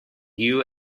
you